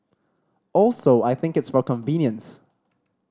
also I think it's for convenience